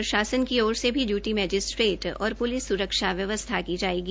प्रशासन की ओर से भी डयूटी मजिस्ट्रेट और प्लिस स्रक्षा व्यवस्था की जाएगी